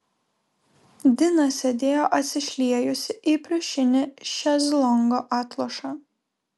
dina sėdėjo atsišliejusi į pliušinį šezlongo atlošą